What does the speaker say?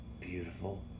Beautiful